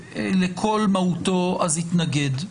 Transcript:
לכל מהותו, יתנגד.